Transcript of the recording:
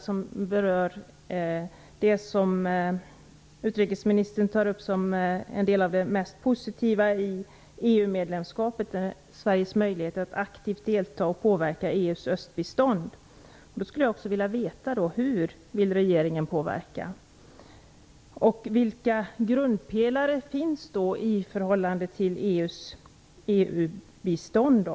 Den berör det som utrikesministern tog upp som något av det mest positiva i EU-medlemskapet - Sveriges möjlighet att aktivt delta och påverka EU:s östbistånd. Då skulle jag vilja veta: Hur vill regeringen påverka? Vilka grundpelare finns i förhållande till EU-biståndet?